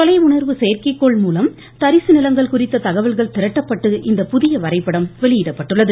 தொலையுணர்வு செயற்கைகோள் மூலம் தரிசு நிலங்கள் குறித்த தகவல்களை திரட்டப்பட்டு இந்த புதிய வரைபடம் வெளியிடப்பட்டுள்ளது